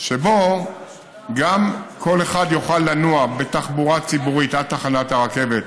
שבו כל אחד יוכל לנוע בתחבורה ציבורית עד תחנת הרכבת,